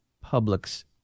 public's